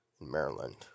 Maryland